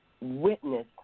witness